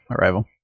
Arrival